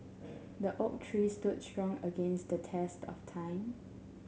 the oak tree stood strong against the test of time